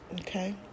Okay